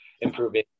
improving